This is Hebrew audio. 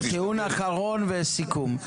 אז טיעון אחרון וסיכום.